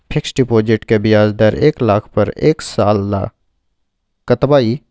Fixed deposit के ब्याज दर एक लाख पर एक साल ल कतबा इ?